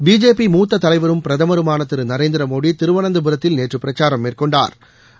BJP மூத்த தலைவரும் பிரதமருமான திரு நரேந்திர மோடி திருவனந்தபுரத்தில் நேற்று பிரச்சாரம் மேற்கொண்டாா்